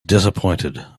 disappointed